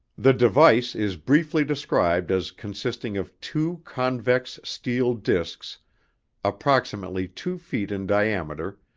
the device is briefly described as consisting of two convex steel discs approximately two feet in diameter,